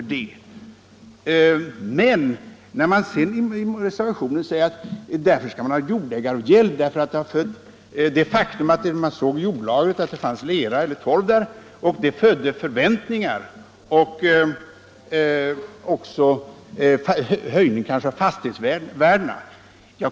I reservationen 2 sägs det att man skall ha jordägaravgäld, eftersom det faktum att man såg i jordlagret att det fanns lera eller torv där födde förväntningar och kanske också medförde höjning av fastighetsvärdena.